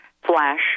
Flash